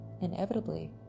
inevitably